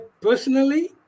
personally